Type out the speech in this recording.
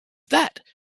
that